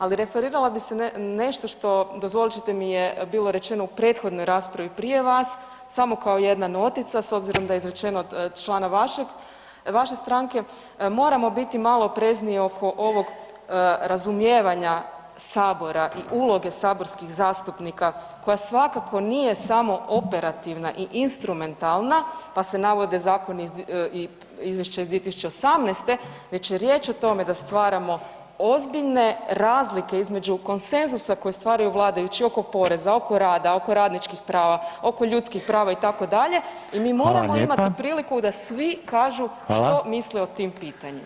Ali referirala bi se na nešto što dozvolit ćete mi je bilo rečeno u prethodnoj raspravi prije vas, samo kao jedna notica s obzirom da je izrečeno od člana vašeg, vaše stranke moramo biti malo oprezniji oko ovog razumijevanja sabora i uloge saborskih zastupnika koja svakako nije samo operativna i instrumentalna, pa se navode zakoni i izvješća iz 2018. već je riječ o tome da stvaramo ozbiljne razlike između konsenzusa koje stvaraju vladajući oko poreza, oko rada, oko radničkih prava, oko ljudskih prava itd., i moramo imati priliku [[Upadica: Hvala lijepa.]] da svi kažu što misle o tim pitanjima.